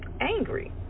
angry